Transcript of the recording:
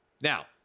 Now